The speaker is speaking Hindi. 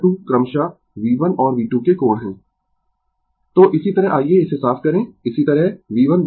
Refer Slide Time 2625 तो इसी तरह आइये इसे साफ करें इसी तरह V1 V2